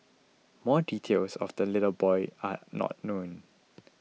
more details of the little boy are not known